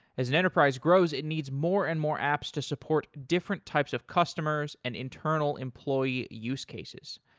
as an enterprise grows, it needs more and more apps to support different types of customers and internal employee use cases.